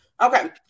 okay